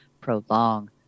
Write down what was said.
prolong